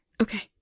Okay